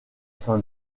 fin